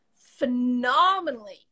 phenomenally